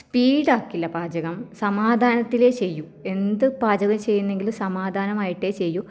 speed ആക്കില്ല പാചകം സമാധാനത്തിലേ ചെയ്യൂ എന്ത് പാചകം ചെയ്യുന്നെങ്കിലും സമാധാനമായിട്ടേ ചെയ്യൂ